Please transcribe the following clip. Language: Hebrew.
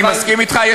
אני מסכים אתך.